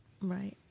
right